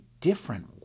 different